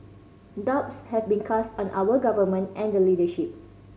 doubts have been cast on our Government and the leadership